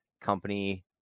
company